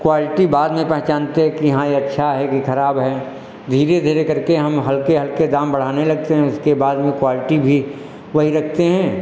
quality बाद में पहचानते है कि हाँ यह अच्छा है कि खराब है धीरे धीरे करके हम हल्के हल्के दाम बढ़ाने लगते हैं उसके बाद में क्वालटी भी वही रखते हैं